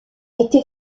été